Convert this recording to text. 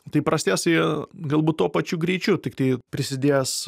tai prasidės ji galbūt tuo pačiu greičiu tiktai prisidės